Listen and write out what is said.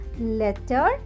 letter